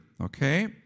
okay